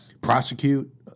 prosecute